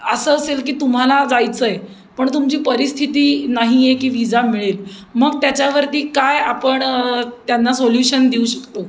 असं असेल की तुम्हाला जायचं आहे पण तुमची परिस्थिती नाही आहे की विजा मिळेल मग त्याच्यावरती काय आपण त्यांना सोल्यूशन देऊ शकतो